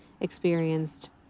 experienced